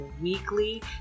weekly